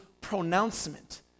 pronouncement